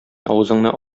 авызыңны